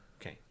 okay